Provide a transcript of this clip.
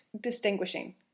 distinguishing